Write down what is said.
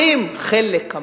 אמרתי: